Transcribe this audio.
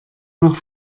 nach